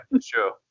sure